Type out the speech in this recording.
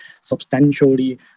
substantially